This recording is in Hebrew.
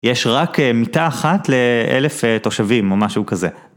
יש רק מיטה אחת לאלף תושבים או משהו כזה.